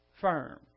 firm